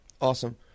Awesome